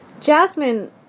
Jasmine